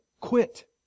quit